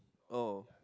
oh